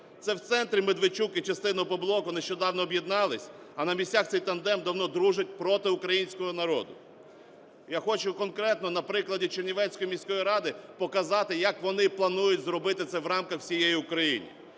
Це в центрі Медведчук і частина Опоблоку нещодавно об'єднались, а на місцях цей тандем давно дружить проти українського народу. Я хочу конкретно на прикладі Чернівецької міської ради показати, як вони планують зробити це в рамках всієї України.